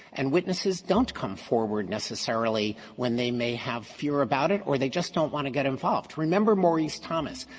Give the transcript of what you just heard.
and witnesses don't come forward necessarily when they may have fear about it or they just don't want to get involved. remember maurice thomas.